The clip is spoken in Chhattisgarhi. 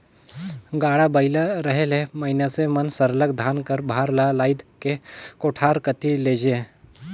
गाड़ा बइला रहें ले मइनसे मन सरलग धान कर भार ल लाएद के कोठार कती लेइजें